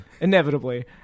inevitably